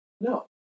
No